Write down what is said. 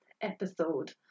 episode